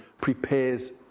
prepares